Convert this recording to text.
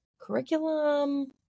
curriculum